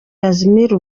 casmir